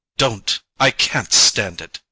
don't. i can't stand it.